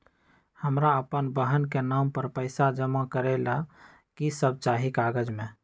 हमरा अपन बहन के नाम पर पैसा जमा करे ला कि सब चाहि कागज मे?